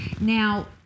Now